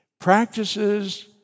Practices